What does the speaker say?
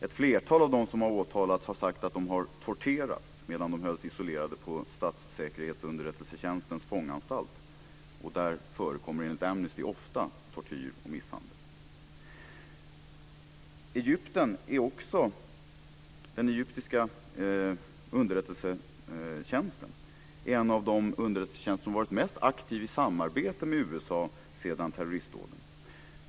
Ett flertal av de som har åtalats har sagt att de torterades medan de hölls isolerade på statssäkerhetsunderrättelsetjänstens fånganstalt. Där förekommer, enligt Amnesty, ofta tortyr och misshandel. Den egyptiska underrättelsetjänsten är också en av de underrättelsetjänster som har varit mest aktiv i samarbete med USA sedan terroristdåden.